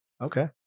Okay